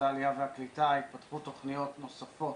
העלייה והקליטה התפתחו תוכניות נוספות